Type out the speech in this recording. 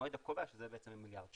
במועד הקובע, שזה בעצם המיליארד שקל.